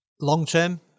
long-term